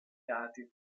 dati